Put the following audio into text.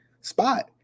spot